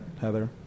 Heather